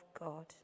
God